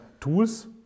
tools